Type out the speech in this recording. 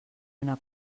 una